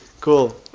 cool